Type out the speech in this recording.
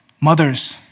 Mothers